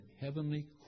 heavenly